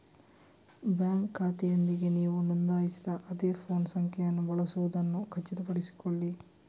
bank ಖಾತೆಯೊಂದಿಗೆ ನೀವು ನೋಂದಾಯಿಸಿದ ಅದೇ ಫೋನ್ ಸಂಖ್ಯೆಯನ್ನು ಬಳಸುವುದನ್ನು ಖಚಿತಪಡಿಸಿಕೊಳ್ಳಿ